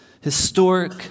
historic